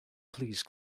please